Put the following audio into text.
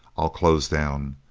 i'll close down.